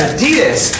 Adidas